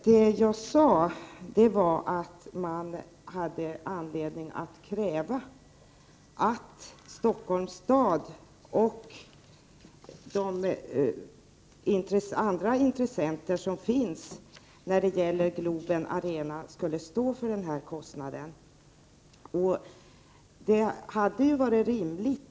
Däremot sade jag att det finns anledning att kräva att Stockholms stad och de andra intressenterna i Globen Arena betalar vad det kostar att anskaffa utrustning för TV-övervakning.